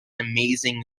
amazing